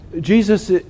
Jesus